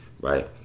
Right